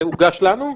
זה הוגש לנו?